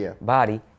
Body